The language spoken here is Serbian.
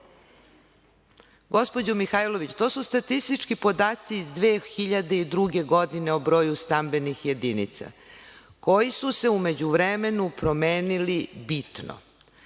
Mihajlović, to su statistički podaci iz 2002. godine o broju stambenih jedinica, koji su se u međuvremenu promenili bitno.